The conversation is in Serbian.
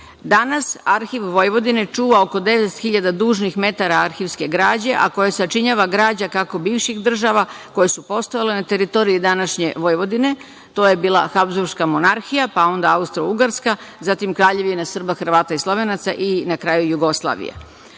Arhiv Vojvodine čuva oko devet hiljada dužnih metara arhivske građe, a koje sačinjava građa kako bivših država koje su postojale na teritoriji današnje Vojvodine, to je bila Habzburška monarhija, pa onda Austrougarska, zatim Kraljevina Srba, Hrvata i Slovenaca i na kraju Jugoslavija,